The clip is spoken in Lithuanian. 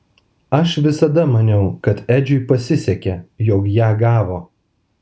aš visada maniau kad edžiui pasisekė jog ją gavo